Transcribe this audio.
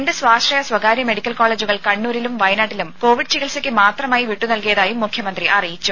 രണ്ട് സ്വാശ്രയ സ്വകാര്യ മെഡിക്കൽ കോളേജുകൾ കണ്ണൂരിലും വയനാട്ടിലും കോവിഡ് ചികിത്സയ്ക്ക് മാത്രമായി വിട്ടു നൽകിയതായും മുഖ്യമന്ത്രി അറിയിച്ചു